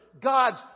God's